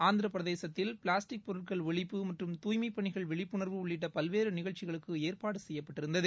ஆந்திரபிரதேசத்தில் plastic பொருட்கள் ஒழிப்பு மற்றும் துய்மை பணிகள் விழிப்புணர்வு உள்ளிட்ட பல்வேறு நிகழ்ச்சிகளுக்கு ஏற்பாடு செய்யப்பட்டிருந்தது